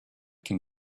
can